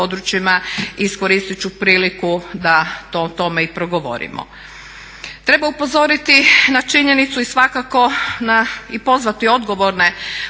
iskoristit ću priliku da o tome i progovorimo. Treba upozoriti na činjenicu i svakako pozvati odgovorne